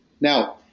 Now